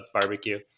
barbecue